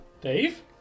Dave